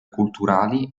culturali